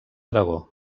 aragó